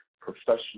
professional